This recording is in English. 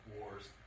wars